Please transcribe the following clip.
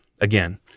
again